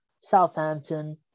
Southampton